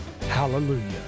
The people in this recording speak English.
hallelujah